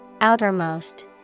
Outermost